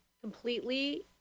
completely